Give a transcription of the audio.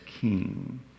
king